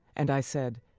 and i said,